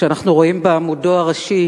שאנחנו רואים בעמודו הראשי,